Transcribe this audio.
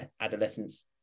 adolescence